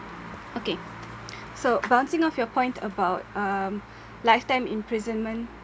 okay so bouncing off your point about um lifetime imprisonment